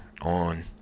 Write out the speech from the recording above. on